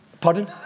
Pardon